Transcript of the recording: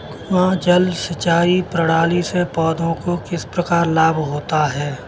कुआँ जल सिंचाई प्रणाली से पौधों को किस प्रकार लाभ होता है?